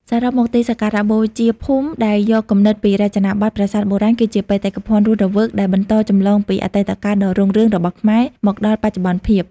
សរុបមក ទីសក្ការៈបូជាភូមិដែលយកគំនិតពីរចនាបថប្រាសាទបុរាណ គឺជា បេតិកភណ្ឌរស់រវើក ដែលបន្តចម្លងពីអតីតកាលដ៏រុងរឿងរបស់ខ្មែរ មកដល់បច្ចុប្បន្នភាព។